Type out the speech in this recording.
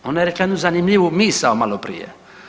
Ona je rekla jednu zanimljivu misao malo prije.